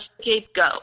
scapegoat